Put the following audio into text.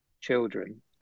children